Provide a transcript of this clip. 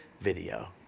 video